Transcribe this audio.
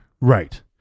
Right